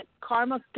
karma